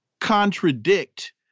contradict